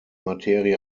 materie